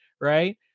Right